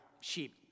sheep